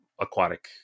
aquatic